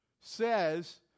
says